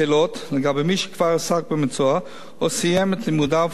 שכבר עסק במקצוע או סיים את לימודיו ערב תחילת החוק.